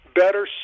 better